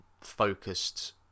focused